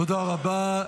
תודה רבה.